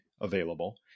available